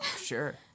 Sure